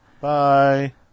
Bye